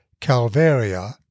Calvaria